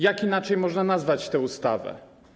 Jak inaczej można nazwać tę ustawę?